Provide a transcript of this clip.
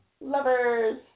lovers